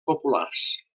populars